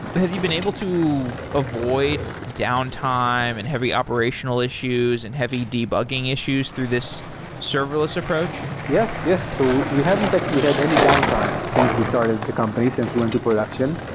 have you been able to avoid downtime and heavy operational issues and heavy debugging issues through this serverless approach? yes. yes. so we haven't actually had any downtime since we started the company since we went to production.